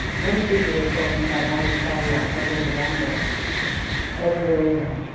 one speaker, was talking about how, we carry our troubles around with us everywhere we go?